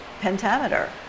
Pentameter